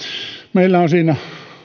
meillä on siinä